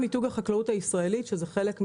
מיתוג חקלאות ישראלית ופיתוח דור המשך לחקלאות.